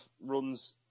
runs